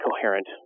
coherent